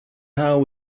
how